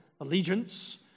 allegiance